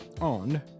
on